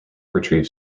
retrieves